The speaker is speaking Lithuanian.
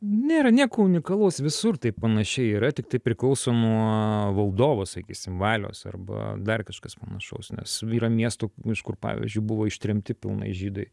nėra nieko unikalaus visur taip panašiai yra tik tai priklauso nuo valdovo sakysim valios arba dar kažkas panašaus nes yra miestų iš kur pavyzdžiui buvo ištremti pilnai žydai